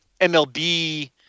MLB